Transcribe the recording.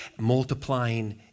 multiplying